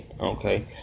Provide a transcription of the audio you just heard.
Okay